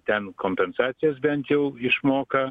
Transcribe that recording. ten kompensacijos bent jau išmoka